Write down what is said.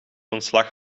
ontslag